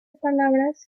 palabras